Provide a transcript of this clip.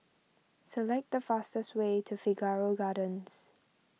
select the fastest way to Figaro Gardens